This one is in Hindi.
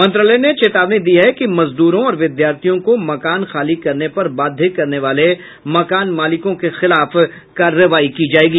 मंत्रालय ने चेतावनी दी है कि मजदूरों और विद्यार्थियों को मकान खाली करने पर बाध्य करने वाले मकान मालिकों के खिलाफ कार्रवाई की जाएगी